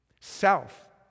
Self